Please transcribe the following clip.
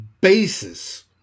basis